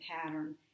pattern